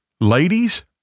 ladies